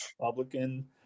Republican